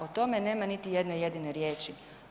O tome nema niti jedne jedine riječi.